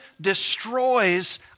destroys